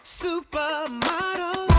supermodel